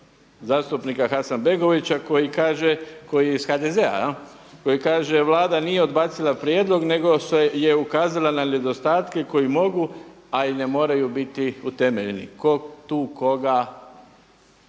zastupnika Hasanbegovića koji kaže koji je iz HDZ-, koji kaže Vlada nije odbacila prijedlog nego je ukazala na nedostatke koji mogu, a i ne moraju biti utemeljeni. Tko